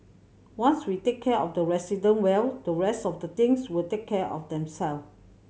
once we take care of the resident well the rest of the things will take care of themselves